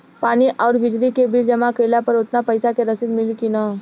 पानी आउरबिजली के बिल जमा कईला पर उतना पईसा के रसिद मिली की न?